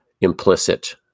implicit